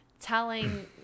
telling –